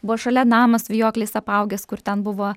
buvo šalia namas vijokliais apaugęs kur ten buvo